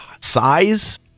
Size